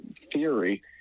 theory